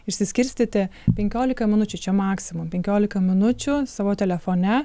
išsiskirstyti penkiolika minučių čia maksimum penkiolika minučių savo telefone